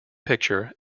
picture